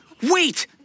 wait